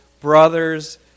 brothers